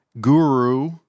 guru